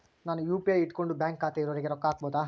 ನಾನು ಯು.ಪಿ.ಐ ಇಟ್ಕೊಂಡು ಬ್ಯಾಂಕ್ ಖಾತೆ ಇರೊರಿಗೆ ರೊಕ್ಕ ಹಾಕಬಹುದಾ?